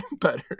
better